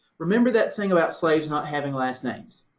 remember that thing about slaves not having last names?